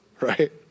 right